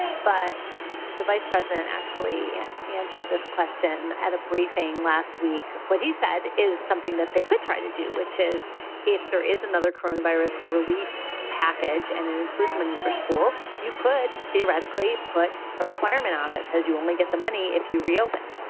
but the vice president actually answered this question at a briefing last week. what he said is something that they could try to do, which is if there is another corona virus relief package and it includes money for schools, you could theoretically put a requirement on that says you only get the money if you reopen.